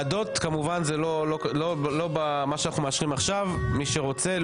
מה שמאשרים עכשיו מי שרוצה,